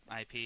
IP